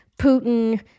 Putin